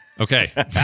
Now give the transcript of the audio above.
Okay